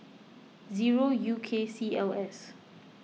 zero U K C L S